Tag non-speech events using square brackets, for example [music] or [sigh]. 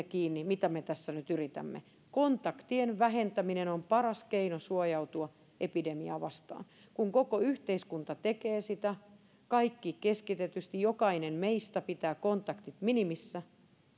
[unintelligible] kiinni siitä mitä me tässä nyt yritämme kontaktien vähentäminen on paras keino suojautua epidemiaa vastaan kun koko yhteiskunta tekee sitä kaikki keskitetysti jokainen meistä pitää kontaktit minimissä